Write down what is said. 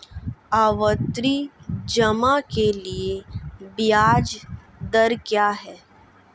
आवर्ती जमा के लिए ब्याज दर क्या है?